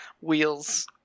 wheels